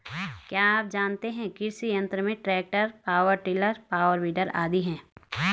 क्या आप जानते है कृषि यंत्र में tractor, power tiller, power weeder आदि है?